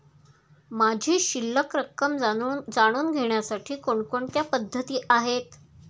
माझी शिल्लक रक्कम जाणून घेण्यासाठी कोणकोणत्या पद्धती आहेत?